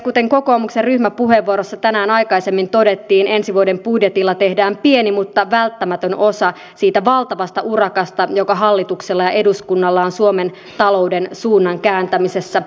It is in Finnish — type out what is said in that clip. kuten kokoomuksen ryhmäpuheenvuorossa tänään aikaisemmin todettiin ensi vuoden budjetilla tehdään pieni mutta välttämätön osa siitä valtavasta urakasta joka hallituksella ja eduskunnalla on suomen talouden suunnan kääntämisessä